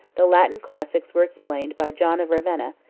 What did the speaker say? the latin classics were explained by john of ravenna,